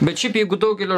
bet šiaip jeigu daugelio